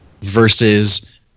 versus